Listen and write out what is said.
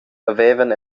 havevan